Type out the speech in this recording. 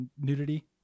nudity